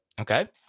Okay